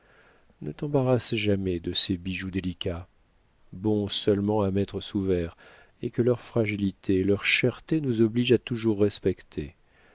ne t'embarrasse jamais de ces bijoux délicats bons seulement à mettre sous verre et que leur fragilité leur cherté nous oblige à toujours respecter